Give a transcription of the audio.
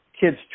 kids